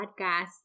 podcast